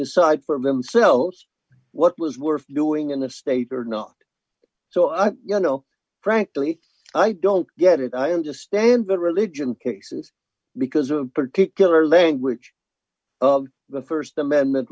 decide for themselves what was we're doing in the state or not so i you know frankly i don't get it i understand the religion cases because of particular language of the st amendment